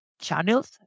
channels